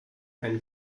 ein